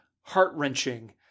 heart-wrenching